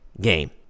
game